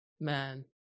Man